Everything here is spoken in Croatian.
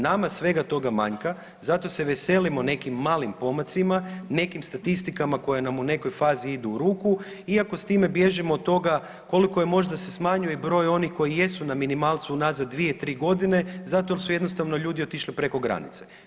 Nama svega toga manjka, zato se veselimo nekim malim pomacima, nekim statistikama koje nam u nekoj fazi idu u ruku iako s time bježimo od toga koliko je možda se smanjuje broj onih koji jesu na minimalcu unazad 2-3 godine zato jer su jednostavno ljudi otišli preko granice.